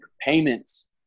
payments